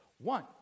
One